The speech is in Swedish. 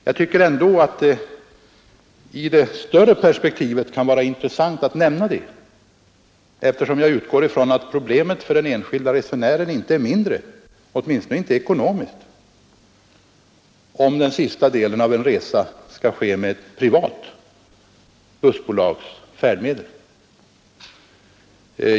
Jag tycker ändå att det i det större perspektivet kan vara intressant att nämna detta, eftersom jag utgår från att problemen för den enskilde resenären inte är mindre — åtminstone inte ekonomiskt — om den sista delen av en resa skall ske med ett privat bussbolags färdmedel.